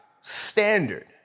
standard